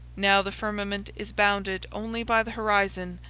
now the firmament is bounded only by the horizon,